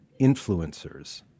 influencers